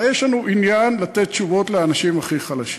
הרי יש לנו עניין לתת תשובות לאנשים הכי חלשים,